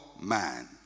man